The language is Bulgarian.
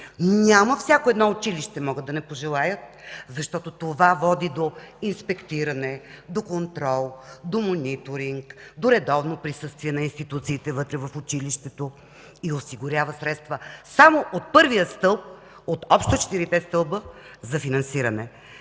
Няма „всяко едно училище могат да не пожелаят”, защото това води до инспектиране, до контрол, до мониторинг, до редовно присъствие на институциите вътре, в училището, и осигурява средства само от първия стълб от общо четирите стълба за финансиране.